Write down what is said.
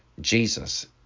Jesus